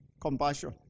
Compassion